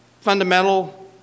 fundamental